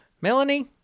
Melanie